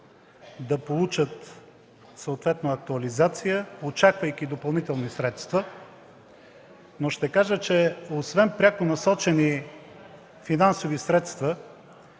да получат съответна актуализация, очаквайки допълнителни средства, но ще кажа, че освен пряко насочени финансови средства